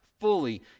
fully